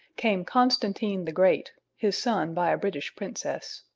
came constantine the great, his son by a british princess.